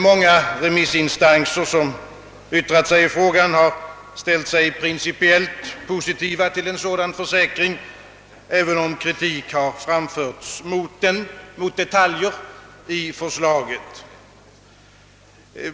Många remissinstanser, som yttrat sig i frågan, har ställt sig principiellt positiva till en sådan försäkring, även om kritik har framförts mot detaljer i förslaget.